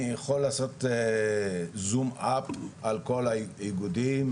אני יכול לעשות סקירה על כל האיגודים.